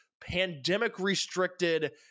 pandemic-restricted